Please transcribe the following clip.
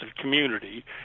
community